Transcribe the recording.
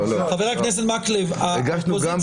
חבר הכנסת מקלב --- הגשנו גם בנושא הראשון --- חבר הכנסת מקלב,